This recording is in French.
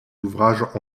d’ouvrage